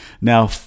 Now